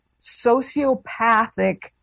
sociopathic